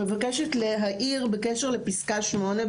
אני מבקשת להעיר בקשר לפסקה (8),